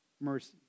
mercy